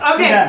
Okay